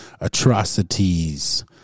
atrocities